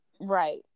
Right